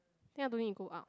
then I don't need to go out